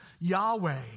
Yahweh